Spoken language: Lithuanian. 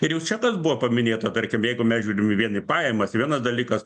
ir jau čia tas buvo paminėta tarkim jeigu mes žiūrim vien į pajamas vienas dalykas